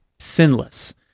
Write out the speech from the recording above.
sinless